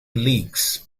leagues